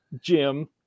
jim